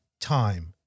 time